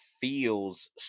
feels